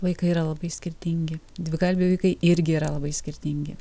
vaikai yra labai skirtingi dvikalbiai vaikai irgi yra labai skirtingi